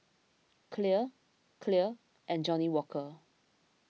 Clear Clear and Johnnie Walker